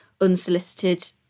unsolicited